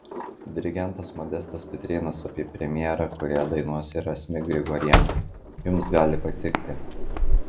dirigentas modestas pitrėnas apie premjerą kurioje dainuos ir asmik grigorian jums gali patikti